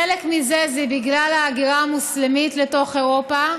חלק מזה זה בגלל ההגירה המוסלמית לתוך אירופה,